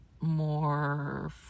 more